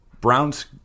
Brown's